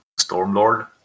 Stormlord